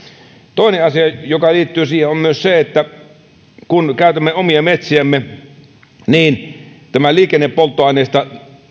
toinen asia joka liittyy siihen on se kun käytämme omia metsiämme eli tämä liikennepolttoaineista